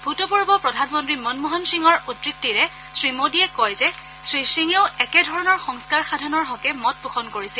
ভূতপূৰ্ব প্ৰধানমন্ত্ৰী মনমোহন সিঙৰ উদ্ধতিৰে শ্ৰীমোদীয়ে কয় যে শ্ৰীসিঙেও একেধৰণৰ সংস্থাৰ সাধনৰ হকে মত পোষণ কৰিছিল